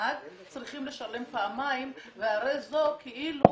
הנהג צריכים לשלם פעמיים והרי זה כאילו